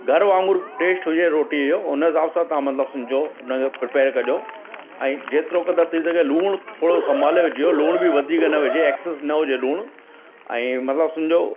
घरु वांगुरु टेस्ट हुजे रोटी जो उन हिसाब सां तां मतिलब सम्झो उन खे प्रिपेयर कजो ऐं जेतिरो क़दर थी सघे लुणु थोरो संभाले विझो लुणु बि वधीक न विझे एक्सेस न हुजे लुणु ऐं मतिलबु सम्झो